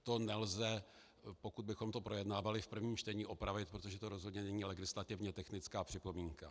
To nelze, pokud bychom to projednávali v prvním čtení, opravit, protože to rozhodně není legislativně technická připomínka.